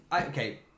okay